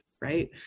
right